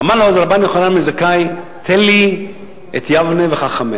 אמר לו אז רבן יוחנן בן זכאי: תן לי את יבנה וחכמיה.